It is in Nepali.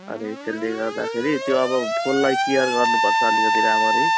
अनि त्यसले गर्दाखेरि त्यो अब फुललाई केयर गर्नुपर्छ अलिकती राम्ररी